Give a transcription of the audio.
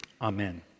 Amen